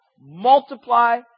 multiply